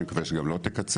אני מקווה שגם לא תקצץ,